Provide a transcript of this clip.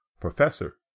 Professor